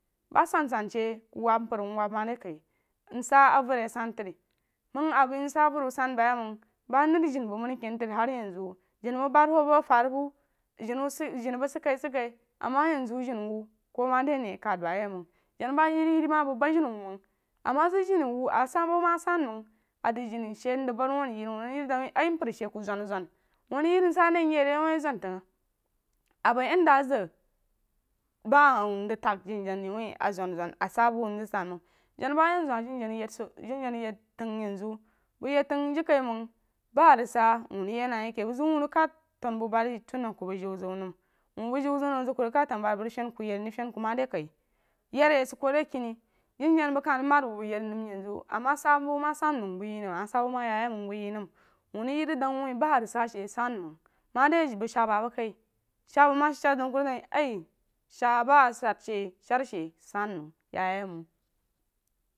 Ba sa sansan shee ku wab mpər mwab ma de kai msah avəri san tarí məng a bəi msah bu ri san bayiməng ba niri jana bəng mən na ken tari jani bəg ban wu bu afari bo jani wu sid jani bəng sid kah sid kah mma yi zu jani wu ku ma de ne kan ba yeh məng jana ba yiri yiri ma bəng bad jini wu məng amg zəng jini wu a sah bu ma sad məng a zəng jini she mzəng bad wuu a rig yiri wuu a rig yiri rig dəng ah mpər she ku zonazon wuu a rig yirri sah ni myi ri wuh a zantəng a bo yen da a zəng ma hah wuh mzəng təng janajana ri wuh a zamzon a sah bu wuh zəng sid məng yen zu hah janajana yed so janajana yed təng bəng yed fəng jarikaiməg ba a ri sa se na wuh ke bəng zəng wuu rig kad tambabari ton a ku bəng je zeun məm wuu bəng jeo zeun nəm məng ɛəng ku rig kad tambubari mrig fan ku yeri mrig fan ku mri kai yari sid ku ri kei janajana məng kah rig bad bəng, bəg yari nəm yen zu ama sa bu ma sanməng bəng yi nəm ama sa bu ma yayi məng bəng yi nəm wuu reyeri rig dəng wu wuh ba rig sah shi sanməng ma di bəng shaa ba abu kai shaa bəng ma shadshār zeun ku rig dəng fyi ah shaa ba a shadshe shar she sid məng yayi məng